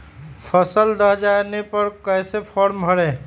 फसल दह जाने पर कैसे फॉर्म भरे?